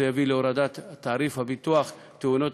זה יביא להורדת תעריף ביטוח תאונות